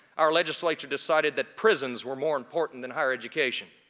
our legislature decided that prisons were more important than higher education.